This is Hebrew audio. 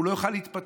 הוא לא יוכל להתפתח,